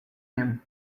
him